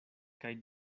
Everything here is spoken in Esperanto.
kaj